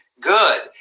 good